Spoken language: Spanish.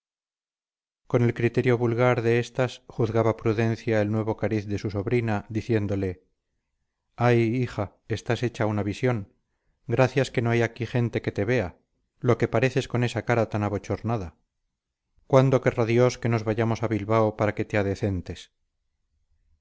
con el criterio vulgar de estas juzgaba prudencia el nuevo cariz de su sobrina diciéndole ay hija estás hecha una visión gracias que no hay aquí gente que te vea lo que pareces con esa cara tan abochornada cuándo querrá dios que nos vayamos a bilbao para que te adecentes